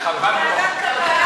ועדת כלכלה.